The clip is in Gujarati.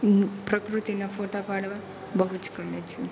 પ્રકૃતિના ફોટા પાડવા બહુ જ ગમે છે